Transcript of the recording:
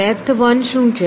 depth one શું છે